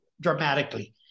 dramatically